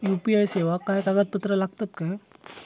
UPI सेवाक काय कागदपत्र लागतत काय?